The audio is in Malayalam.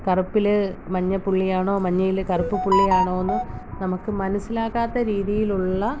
കറുപ്പില് മഞ്ഞ പുള്ളിയാണോ മഞ്ഞയില് കറുപ്പ് പുള്ളിയാണോന്ന് നമുക്ക് മനസ്സിലാകാത്ത രീതിയിലുള്ള